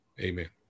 amen